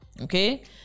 okay